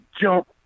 jump